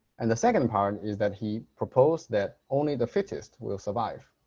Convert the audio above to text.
and the second part is that he proposed that only the fittest will survive.